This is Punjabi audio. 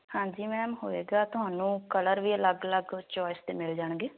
ਹਾਂਜੀ ਮੈਮ ਹੋਵੇਗਾ ਤੁਹਾਨੂੰ ਕਲਰ ਵੀ ਅਲੱਗ ਅਲੱਗ ਚੋਇਸ ਦੇ ਮਿਲ ਜਾਣਗੇ